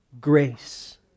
Grace